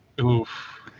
Oof